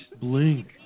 Blink